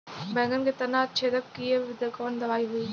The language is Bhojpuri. बैगन के तना छेदक कियेपे कवन दवाई होई?